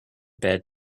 bad